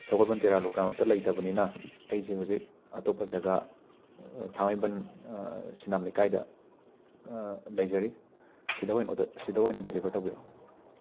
ꯁꯒꯣꯜꯕꯟ ꯇꯦꯔꯥ ꯂꯨꯀ꯭ꯔꯥꯝ ꯂꯩꯔꯛꯇ ꯂꯩꯇꯕꯅꯤꯅ ꯑꯩꯖꯦ ꯍꯨꯖꯤꯛ ꯑꯇꯣꯞꯄ ꯖꯒꯥ ꯊꯥꯃꯩꯕꯟ ꯁꯤꯅꯥꯝ ꯂꯩꯀꯥꯏꯗ ꯂꯩꯖꯔꯤ ꯁꯤꯗ ꯑꯣꯏꯅ ꯑꯣꯗ ꯁꯤꯗ ꯑꯣꯏꯅ ꯗꯦꯂꯤꯕꯔ ꯇꯧꯕꯤꯔꯛꯑꯣ